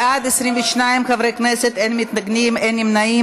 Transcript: בעד, 22 חברי כנסת, אין מתנגדים, אין נמנעים.